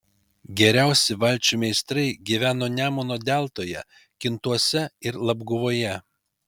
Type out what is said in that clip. geriausi valčių meistrai gyveno nemuno deltoje kintuose ir labguvoje